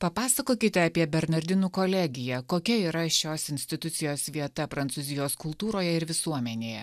papasakokite apie bernardinų kolegiją kokia yra šios institucijos vieta prancūzijos kultūroje ir visuomenėje